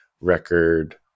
record